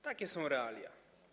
Takie są realia.